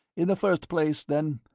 in the first place, then,